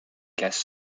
guest